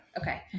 Okay